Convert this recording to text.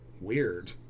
Weird